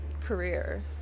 career